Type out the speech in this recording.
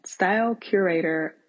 stylecurator